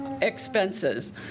expenses